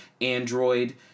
Android